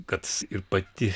kad ir pati